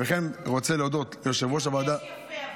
אני רוצה להודות ליושב-ראש הוועדה --- תבקש יפה.